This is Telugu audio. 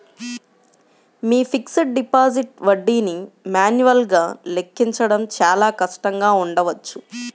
మీ ఫిక్స్డ్ డిపాజిట్ వడ్డీని మాన్యువల్గా లెక్కించడం చాలా కష్టంగా ఉండవచ్చు